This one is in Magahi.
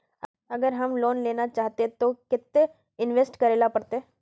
अगर हम लोन लेना चाहते तो केते इंवेस्ट करेला पड़ते?